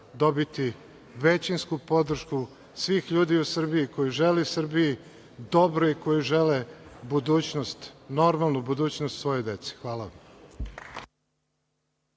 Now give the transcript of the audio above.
dobiti većinsku podršku svih ljudi u Srbiji koji želi Srbiji dobro i koje žele normalnu budućnost svoje dece. Hvala vam.